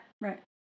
Right